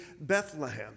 Bethlehem